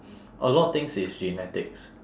a lot of things is genetics